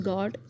God